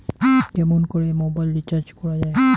কেমন করে mobile recharge করা য়ায়?